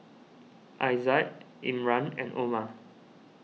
Aizat Imran and Omar